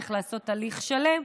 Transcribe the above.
צריך לעשות תהליך שלם,